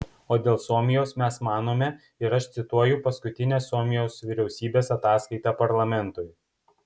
o dėl suomijos mes manome ir aš cituoju paskutinę suomijos vyriausybės ataskaitą parlamentui